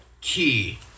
key